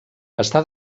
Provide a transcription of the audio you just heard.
està